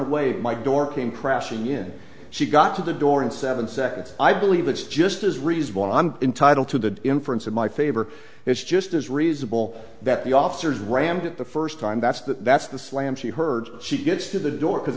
away my door came crashing in she got to the door in seven seconds i believe it's just as reasonable i'm entitled to the inference in my favor it's just as reasonable that the officers rammed it the first time that's that that's the slam she heard she gets to the door